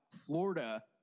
Florida